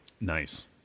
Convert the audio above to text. Nice